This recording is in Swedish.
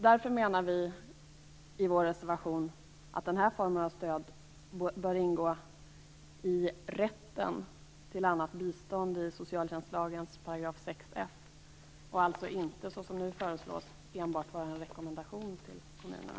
Därför menar vi i vår reservation att den här formen av stöd bör ingå i rätten till annat bistånd i socialtjänstlagens § 6 f och alltså inte, så som nu föreslås, enbart vara en rekommendation till kommunerna.